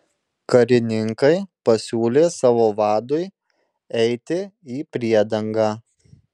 karininkai pasiūlė savo vadui eiti į priedangą